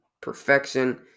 perfection